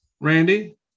randy